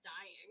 dying